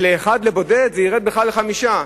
ולאחד, לבודד, זה ירד בכלל ל-5.